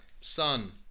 Sun